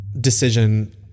decision